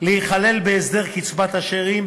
להיכלל בהסדר קצבת השאירים,